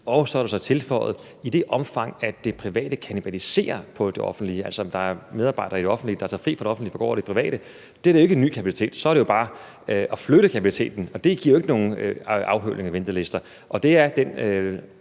Så er der så tilføjet: i det omfang, at det private kannibaliserer på det offentlige, altså at der er medarbejdere i det offentlige, der tager fri fra det offentlige for at gå over i det private. Det er jo ikke en ny kapacitet. Så er det jo bare at flytte kapaciteten, og det giver jo ikke nogen afhøvling af ventelister, og jeg synes,